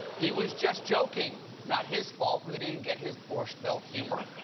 he was just joking. not his fault that they didn't get his borscht belt humor.